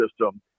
system